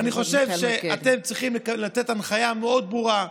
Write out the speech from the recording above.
אני חושב שאתם צריכים לתת הנחיה מאוד ברורה.